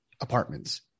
apartments